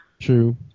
True